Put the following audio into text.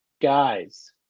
guys